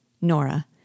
Nora